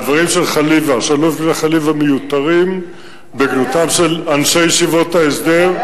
הדברים של חליוה בגנותם של אנשי ישיבות ההסדר מיותרים,